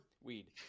weed